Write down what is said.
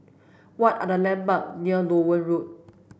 what are the landmark near Loewen Road